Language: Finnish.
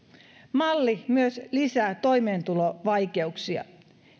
malli myös lisää toimeentulovaikeuksia